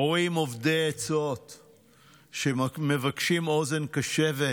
הורים אובדי עצות מבקשים אוזן קשבת